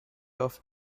off